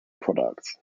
products